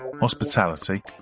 hospitality